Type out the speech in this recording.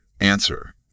Answer